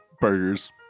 Burgers